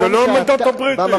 זה לא המנדט הבריטי,